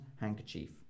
handkerchief